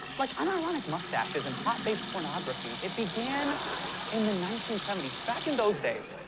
like unironic mustaches and plot-based pornography, it began in the nineteen seventy s. back in those days,